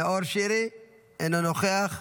אינו נוכח,